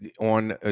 On